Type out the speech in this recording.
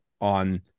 on